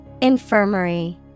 Infirmary